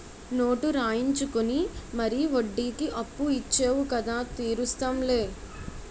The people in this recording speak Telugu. నోటు రాయించుకుని మరీ వడ్డీకి అప్పు ఇచ్చేవు కదా తీరుస్తాం లే